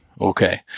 okay